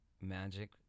magic